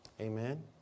Amen